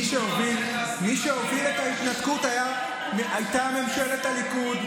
מי שהובילה את ההתנתקות הייתה ממשלת הליכוד.